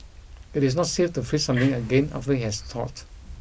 it is not safe to freeze something again after it has thought